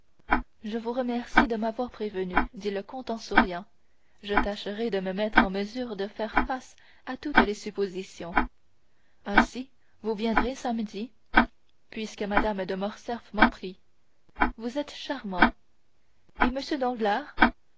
je vous remercie de m'avoir prévenu dit le comte en souriant je tâcherai de me mettre en mesure de faire face à toutes les suppositions ainsi vous viendrez samedi puisque mme de morcerf m'en prie vous êtes charmant et m